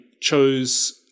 chose